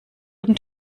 guten